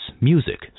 music